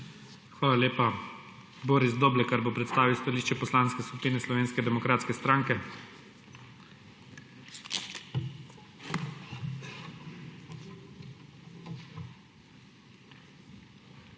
Hvala lepa. Boris Doblekar bo predstavil stališče Poslanske skupine Slovenske demokratske stranke. BORIS